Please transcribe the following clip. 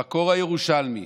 בקור הירושלמי,